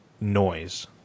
noise